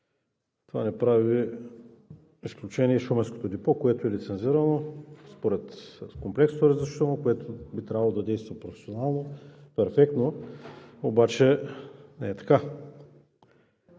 Това не прави изключение и Шуменското депо, което е лицензирано според Комплексното разрешително, което би трябвало да действа професионално, перфектно, обаче не е така.